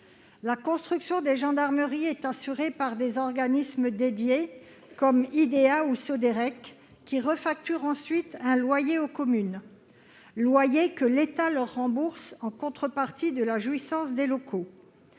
La construction des gendarmeries est assurée par des organismes dédiés comme Idéha ou Soderec, qui refacturent ensuite un loyer aux communes, loyer que l'État leur rembourse en contrepartie de la jouissance des locaux.